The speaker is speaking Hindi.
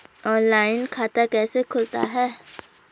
ऑनलाइन खाता कैसे खुलता है?